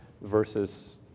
versus